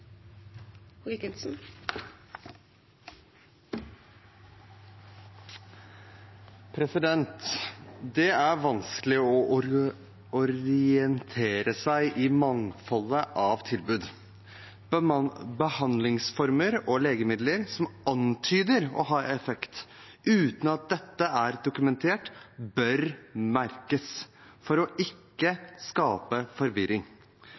å orientere seg i mangfoldet av tilbud. Behandlingsformer og legemidler som antyder å ha effekt, uten at dette er dokumentert, bør merkes, for ikke å skape forvirring.